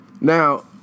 now